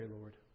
Lord